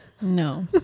No